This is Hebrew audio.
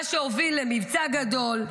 מה שהוביל למבצע גדול,